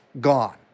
gone